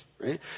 right